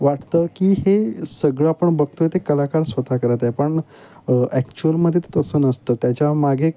वाटतं की हे सगळं आपण बघतोय ते कलाकार स्वत करत आहे पण ॲक्चुअलमध्ये तर तसं नसतं त्याच्यामागे